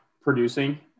producing